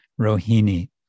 Rohini